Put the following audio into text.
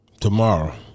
tomorrow